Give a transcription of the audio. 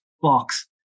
box